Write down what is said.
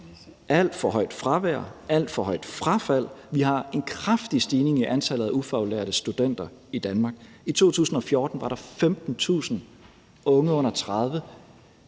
alt for højt fravær, alt for højt frafald. Vi har en kraftig stigning i antallet af ufaglærte studenter i Danmark. I 2014 var der 15.000 unge under 30